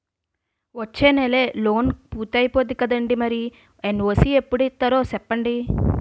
వచ్చేనెలే లోన్ పూర్తయిపోద్ది కదండీ మరి ఎన్.ఓ.సి ఎప్పుడు ఇత్తారో సెప్పండి